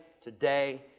today